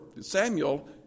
Samuel